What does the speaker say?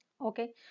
okay